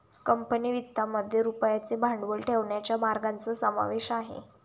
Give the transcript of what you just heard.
company वित्तामध्ये रुपयाचे भांडवल ठेवण्याच्या मार्गांचा समावेश आहे